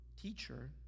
teacher